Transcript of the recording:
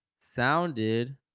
sounded